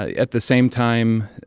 at the same time,